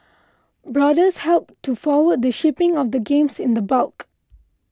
boarders helped to forward the shipping of the games in the bulk